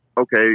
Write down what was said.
Okay